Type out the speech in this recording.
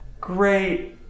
great